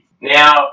now